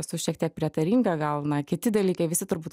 esu šiek tiek prietaringa gal na kiti dalykai visi turbūt